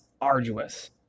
arduous